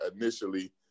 initially